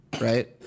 right